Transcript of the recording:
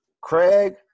Craig